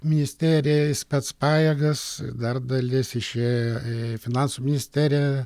ministeriją į specpajėgas dar dalis išėjo į finansų ministeriją